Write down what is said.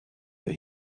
that